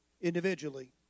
individually